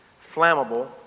flammable